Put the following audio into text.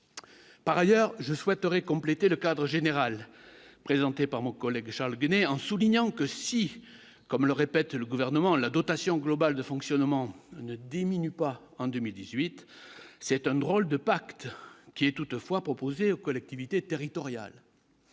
par ailleurs je souhaiterais compléter le cadre général présenté par mon collègue Charles Denner en soulignant que si, comme le répète le gouvernement, la dotation globale de fonctionnement ne diminue pas en 2018 c'est un drôle de pacte qui est toutefois proposée aux collectivités territoriales